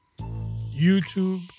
YouTube